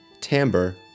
timbre